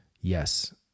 yes